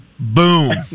Boom